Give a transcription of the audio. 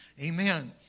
Amen